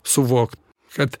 suvok kad